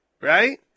right